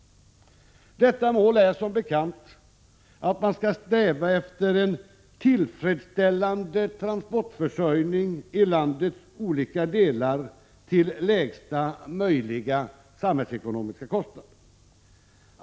Detta mål är som bekant att man skall sträva efter en tillfredsställande transportförsörjning i landets olika delar till lägsta VERg ERGO RNA eN Se ” E = s 1979 års trafikpolitiska möjliga samhällsekonomiska kostnad.